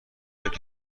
یاد